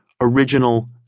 original